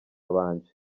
banje